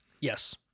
Yes